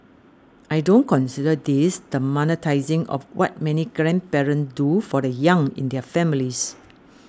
I don't consider this the monetising of what many grandparent do for the young in their families